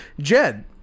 Jed